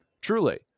truly